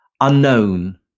unknown